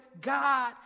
God